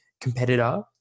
competitor